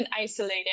isolated